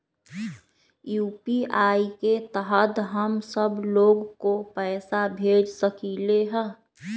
UPI के तहद हम सब लोग को पैसा भेज सकली ह?